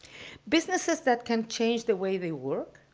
businesses that can change the way they work,